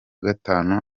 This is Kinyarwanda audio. gatanu